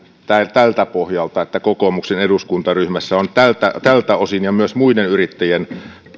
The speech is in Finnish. tältä pohjalta että kokoomuksen eduskuntaryhmässä on tältä tältä osin ja myös muiden yrittäjien